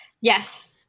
yes